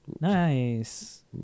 Nice